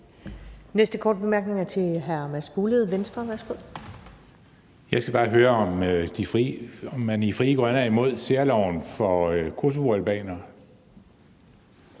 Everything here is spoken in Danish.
næste korte bemærkning er til hr. Mads Fuglede, Venstre. Værsgo. Kl. 15:39 Mads Fuglede (V): Jeg skal bare høre, om man i Frie Grønne er imod særloven for kosovoalbanere.